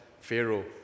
Pharaoh